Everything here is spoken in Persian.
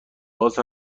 باز